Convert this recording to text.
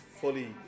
fully